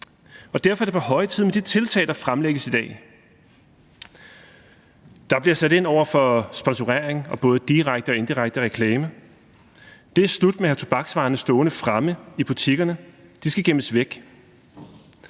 Derfor er det på høje tid med de tiltag, der fremlægges i dag. Der bliver sat ind over for sponsorering og både direkte og indirekte reklame. Det er slut med at have tobaksvarerne stående fremme i butikkerne; de skal gemmes væk.